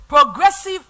progressive